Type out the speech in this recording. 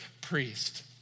priest